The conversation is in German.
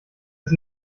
das